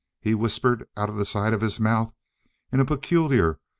he whispered out of the side of his mouth in a peculiar,